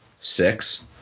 six